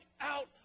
out